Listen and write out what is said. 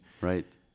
right